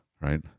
right